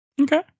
Okay